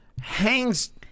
hangs